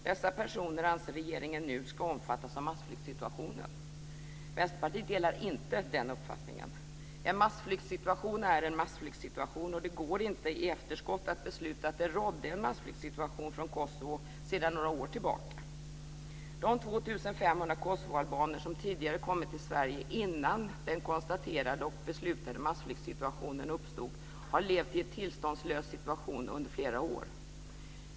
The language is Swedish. Dessa personer anser regeringen nu ska omfattas av massflyktsituationen. Vänsterpartiet delar inte den uppfattningen. En massflyktsituation är en massflyktsituation och det går inte i efterskott att besluta att det råder en massflyktsituation från Kosovo sedan några år tillbaka. De 2 500 kosovoalbaner som tidigare kommit till Sverige, innan den konstaterade och beslutade massflyktsituationen uppstod, har levt i en tillståndslös situation under flera år.